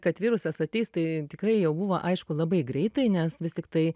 kad virusas ateis tai tikrai jau buvo aišku labai greitai nes vis tiktai